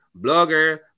blogger